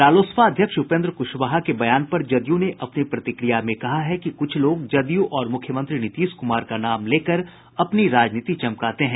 रालोसपा अध्यक्ष उपेन्द्र कुशवाहा के बयान पर जदयू ने अपनी प्रतिक्रिया में कहा है कि कुछ लोग जदयू और मुख्यमंत्री नीतीश कुमार का नाम लेकर अपनी राजनीति चमकाते हैं